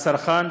הצרכן,